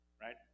right